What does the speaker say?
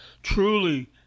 Truly